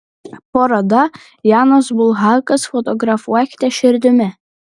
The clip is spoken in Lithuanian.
paroda janas bulhakas fotografuokite širdimi